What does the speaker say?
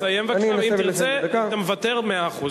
תסיים בבקשה, ואם תרצה, אתה מוותר, מאה אחוז.